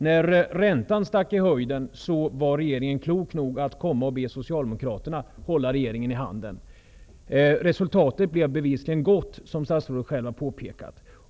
När räntan rusade i höjden var regeringen klok nog att be Socialdemokraterna att hålla regeringen i handen. Resultatet blev bevisligen gott, som statsrådet själv har påpekat.